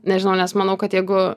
nežinau nes manau kad jeigu